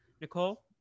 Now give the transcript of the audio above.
Nicole